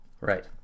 Right